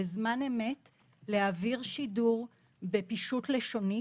בזמן אמת להעביר שידור בפישוט לשוני,